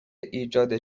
ایجاد